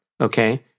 Okay